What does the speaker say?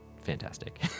fantastic